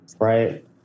right